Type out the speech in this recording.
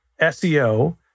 SEO